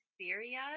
Syria